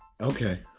Okay